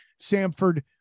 Samford